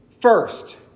first